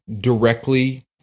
directly